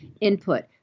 input